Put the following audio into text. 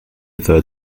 third